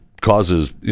causes